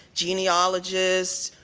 genealogist,